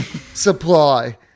supply